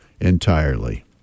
entirely